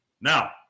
Now